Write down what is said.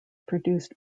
produced